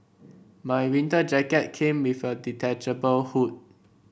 my winter jacket came with a detachable hood